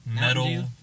Metal